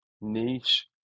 niche